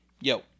Yo